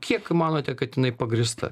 kiek manote kad jinai pagrįsta